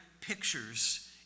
pictures